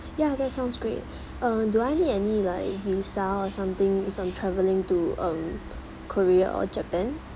ya that sounds great uh do I need any like visa or something if I'm travelling to um korea or japan